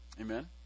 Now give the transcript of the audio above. Amen